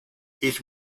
his